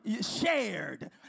shared